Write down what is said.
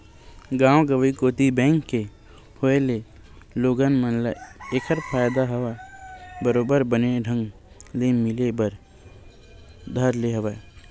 गाँव गंवई कोती बेंक के होय ले लोगन मन ल ऐखर फायदा ह बरोबर बने ढंग ले मिले बर धर ले हवय